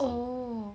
oh